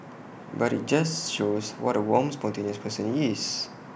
but IT just shows what A warm spontaneous person he is